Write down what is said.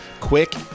quick